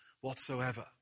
whatsoever